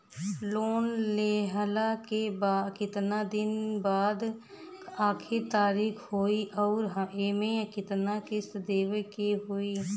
Loan लेहला के कितना दिन के बाद आखिर तारीख होई अउर एमे कितना किस्त देवे के होई?